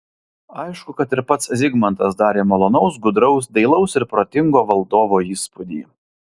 aišku kad ir pats zigmantas darė malonaus gudraus dailaus ir protingo valdovo įspūdį